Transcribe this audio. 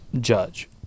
judge